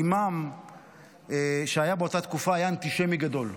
האימאם שהיה באותה תקופה היה אנטישמי גדול,